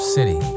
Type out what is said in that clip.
City